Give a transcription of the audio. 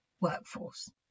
workforce